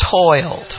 toiled